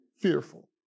fearful